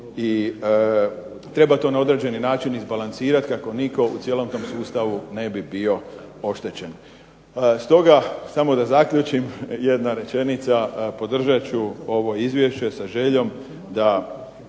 i treba to na određeni način izbalansirati kako nitko u cijelom tom sustavu ne bi bio oštećen. Stoga, samo da zaključim jedna rečenica. Podržat ću ovo izvješće sa željom da